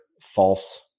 false